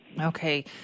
Okay